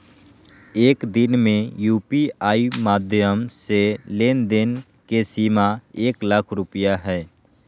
एक दिन में यू.पी.आई माध्यम से लेन देन के सीमा एक लाख रुपया हय